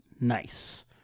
Nice